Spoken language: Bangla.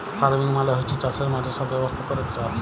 ফার্মিং মালে হচ্যে চাসের মাঠে সব ব্যবস্থা ক্যরেক চাস